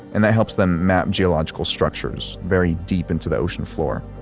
and that helps them map geological structures very deep into the ocean floor.